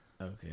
Okay